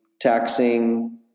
taxing